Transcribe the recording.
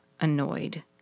annoyed